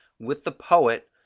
with the poet,